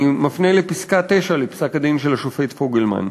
אני מפנה לפסקה 9 בפסק-הדין של השופט פוגלמן: